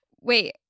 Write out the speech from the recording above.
wait